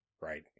right